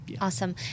Awesome